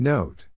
Note